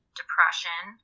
depression